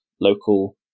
local